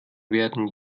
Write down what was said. werden